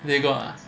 they got ah